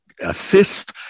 assist